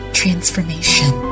transformation